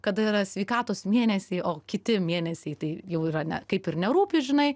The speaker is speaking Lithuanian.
kada yra sveikatos mėnesiai o kiti mėnesiai tai jau yra ne kaip ir nerūpi žinai